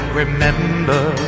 remember